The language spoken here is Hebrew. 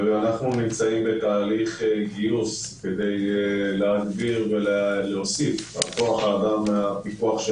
ואנחנו נמצאים בתהליך גיוס כדי להגביר ולהוסיף על כוח האדם בפיקוח.